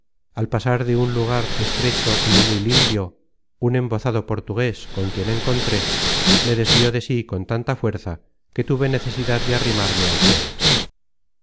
al pasar de un lugar estrecho y no muy limpio un embozado portugues con quien encontré me desvió de sí con tanta fuerza que tuve necesidad de arrimarme al suelo